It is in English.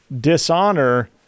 dishonor